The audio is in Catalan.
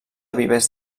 vivers